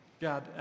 God